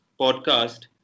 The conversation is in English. podcast